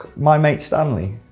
my mate stanley!